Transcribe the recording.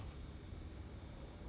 oh okay okay okay